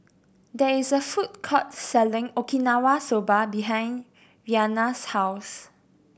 there is a food court selling Okinawa Soba behind Rhianna's house